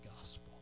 gospel